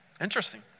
Interesting